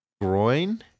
groin